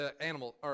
animal